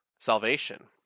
salvation